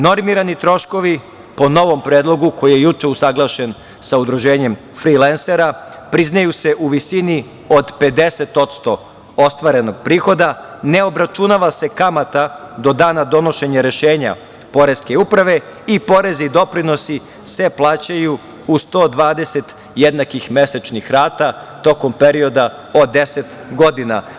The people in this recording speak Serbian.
Normirani troškovi, po novom predlogu koji je juče usaglašen sa Udruženjem frilensera, priznaju se u visini od 50% ostvarenog prihoda, ne obračunava se kamata do dana donošenja rešenja Poreske uprave i porezi i doprinosi se plaćaju u 120 jednakih mesečnih rata tokom perioda od 10 godina.